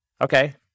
okay